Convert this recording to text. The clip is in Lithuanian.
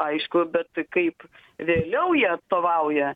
aišku bet tai kaip vėliau jie atstovauja